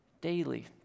daily